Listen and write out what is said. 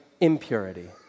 impurity